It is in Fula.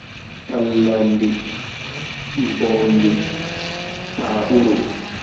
Pallandi mɓondi paaɓuru